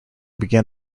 began